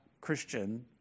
Christian